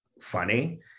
funny